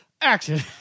action